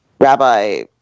Rabbi